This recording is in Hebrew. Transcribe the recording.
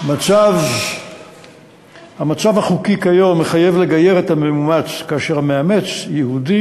המצב החוקי כיום מחייב לגייר את המאומץ כאשר המאמץ יהודי